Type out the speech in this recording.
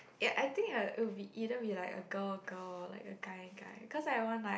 ya I think it'll it will be either be like a girl girl or like a guy guy cause I want like